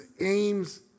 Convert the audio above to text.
aims